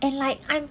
and like I'm